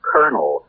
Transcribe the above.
Colonel